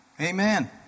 Amen